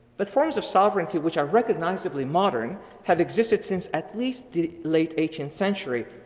but forms of sovereignty which are recognizably modern have existed since at least late eighteenth century.